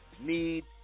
need